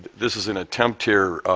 this is an attempt here,